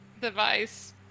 device